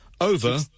Over